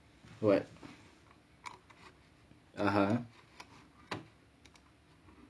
wet (uh huh)